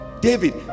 david